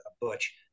Butch